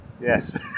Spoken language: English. yes